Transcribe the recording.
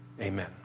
amen